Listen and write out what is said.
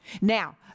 Now